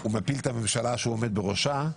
הוא מפיל את הממשלה שעומד בראשה,